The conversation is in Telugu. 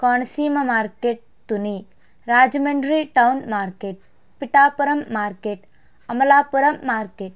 Konaseema market Tuni Rajahmundry town market Pithapuram market Amalapuram market